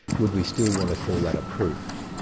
would we still want to call that a proof?